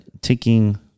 taking